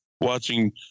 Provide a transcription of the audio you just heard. watching